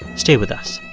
stay with us